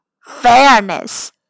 Fairness